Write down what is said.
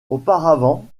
auparavant